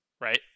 right